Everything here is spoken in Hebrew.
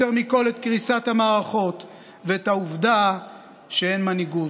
מכול את קריסת המערכות ואת העובדה שאין מנהיגות.